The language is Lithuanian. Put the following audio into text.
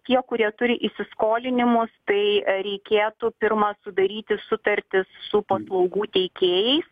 tie kurie turi įsiskolinimus tai reikėtų pirma sudaryti sutartis su paslaugų teikėjais